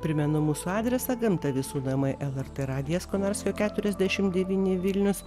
primenu mūsų adresą gamta visų namai lrt radijas konarskio keturiasdešimt devyni vilnius